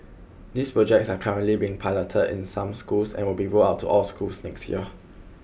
these projects are currently being piloted in some schools and will be rolled out to all schools next year